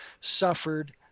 suffered